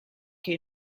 che